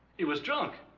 he was drunk